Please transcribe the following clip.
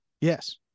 yes